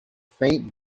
faint